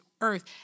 earth